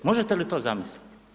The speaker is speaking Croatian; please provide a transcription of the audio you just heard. Možete li to zamisliti?